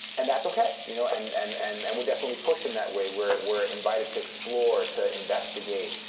and that's ok. you know and and and and we're definitely pushed in that way, where we're invited to explore, to investigate,